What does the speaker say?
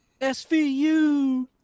SVU